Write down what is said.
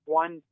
one